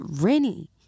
Rennie